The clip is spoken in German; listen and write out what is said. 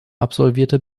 absolvierte